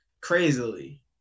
crazily